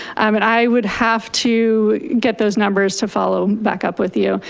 um and i would have to get those numbers to follow back up with you.